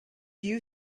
you